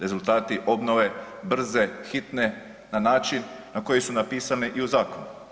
Rezultati obnove brze hitne na način na koji su napisani i u zakonu.